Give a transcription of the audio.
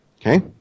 Okay